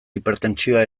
hipertentsioa